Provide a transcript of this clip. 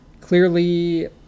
Clearly